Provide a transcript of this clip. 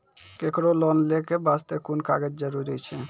केकरो लोन लै के बास्ते कुन कागज जरूरी छै?